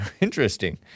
Interesting